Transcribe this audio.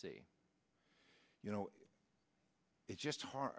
see you know it's just hard